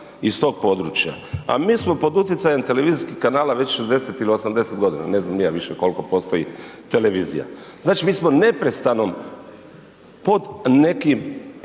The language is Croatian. iz tog područja, a mi smo pod utjecajem televizijskih kanala već 60 ili 80 godina, ne znam ni ja više koliko postoji televizija. Znači mi smo neprestano pod nekim